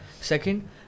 second